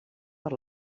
per